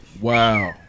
Wow